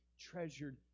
treasured